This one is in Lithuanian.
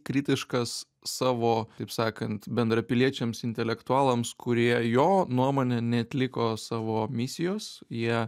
kritiškas savo taip sakant bendrapiliečiams intelektualams kurie jo nuomone neatliko savo misijos jie